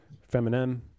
feminine